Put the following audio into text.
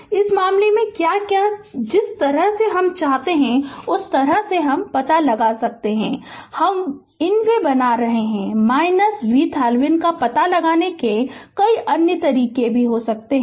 तो इस मामले में क्या क्या क्या जिस तरह से चाहते हैं पता लगा सकते हैं हम इन वे बना रहे है VThevenin का पता लगाने के कई अन्य तरीके हैं